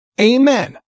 Amen